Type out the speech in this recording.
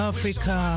Africa